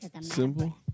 simple